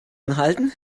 anhalten